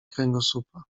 kręgosłupa